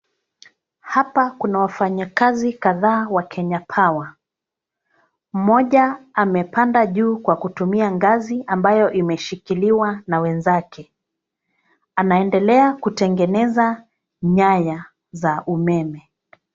Hapa kuna wafanyikazi kadhaa wa Kenya Power . Mmoja amepanda juu kwa kutumia ngazi ambayo imeshikiliwa na wenzake. Anaendelea kutengeneza nyaya za umeme.